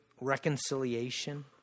reconciliation